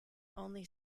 only